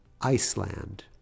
Iceland